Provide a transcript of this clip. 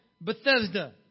Bethesda